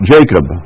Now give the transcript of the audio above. Jacob